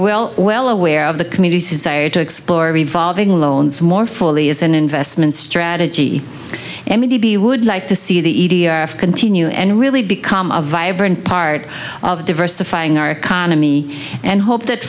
well well aware of the community society to explore revolving loans more fully as an investment strategy and maybe you would like to see the e t f continue and really become a vibrant part of diversifying our economy and hope that